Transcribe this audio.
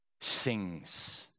sings